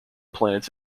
planets